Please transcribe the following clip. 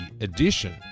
edition